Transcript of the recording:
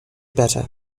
better